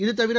இதுதவிர